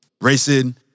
racing